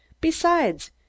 Besides